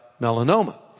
melanoma